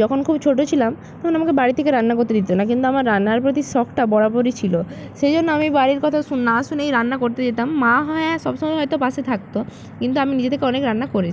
যখন খুব ছোটো ছিলাম তখন আমাকে বাড়ি থেকে রান্না করতে দিতো না কিন্তু আমার রান্নার প্রতি শখটা বরাবরই ছিলো সেই জন্য আমি বাড়ির কথা শু না শুনেই রান্না করতে যেতাম মা হ্যাঁ সব সময় হয়তো পাশে থাকতো কিন্তু আমি নিজে থেকে অনেক রান্না করেছি